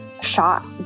shot